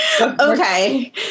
Okay